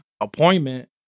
appointment